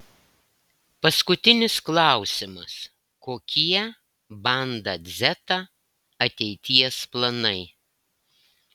paskutinis klausimas kokie banda dzeta ateities planai